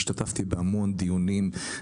השתתפתי בהמון דיונים,